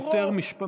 זה יותר ממשפט.